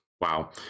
Wow